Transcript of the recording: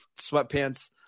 sweatpants